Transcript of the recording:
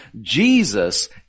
Jesus